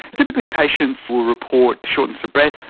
typically patients will report shortness of breath,